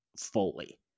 fully